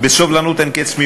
בסבלנות אין-קץ,